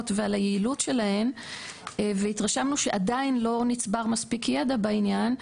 ועל היעילות שלהן והתרשמנו שעדיין לא נצבר מספיק ידע בעניין,